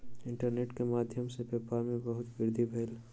internet के माध्यम सॅ व्यापार में बहुत वृद्धि भेल